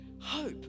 Hope